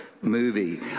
movie